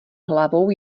hlavou